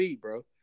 bro